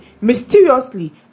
mysteriously